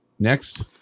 Next